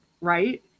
right